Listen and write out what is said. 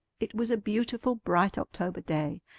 it was a beautiful bright october day,